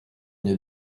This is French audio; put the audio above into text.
une